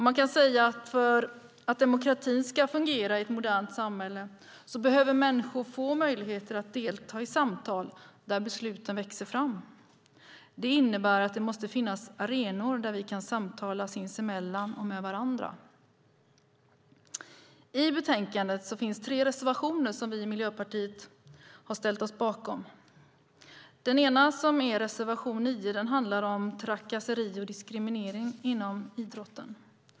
Man kan säga att för att demokratin ska fungera i ett modernt samhälle behöver människor få möjligheter att delta i samtal där besluten växer fram. Det innebär att det måste finnas arenor där vi kan samtala sinsemellan och med varandra. I betänkandet finns tre reservationer som vi i Miljöpartiet har ställt oss bakom. En är reservation 9. Den handlar om trakasserier och diskriminering inom idrotten.